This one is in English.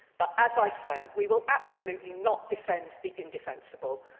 but as i say, we will absolutely not defend the indefensible.